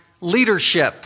leadership